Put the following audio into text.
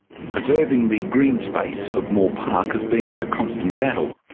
preserving the green space of moore park has been a constant battle.